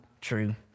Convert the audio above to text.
true